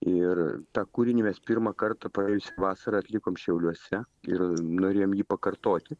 ir tą kūrinį mes pirmą kartą praėjusią vasarą atlikom šiauliuose ir norėjom jį pakartoti